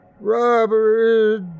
Robert